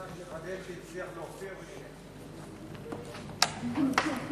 ההצעה להעביר את הצעת חוק הגבלת תרומות ברשויות מקומיות (תיקוני חקיקה),